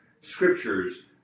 scriptures